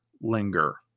linger